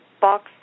box